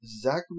Zachary